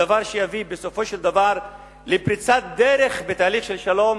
זה הדבר שיביא בסופו של דבר לפריצת דרך בתהליך של שלום,